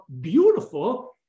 beautiful